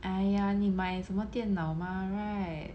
!aiya! 你买什么电脑 mah right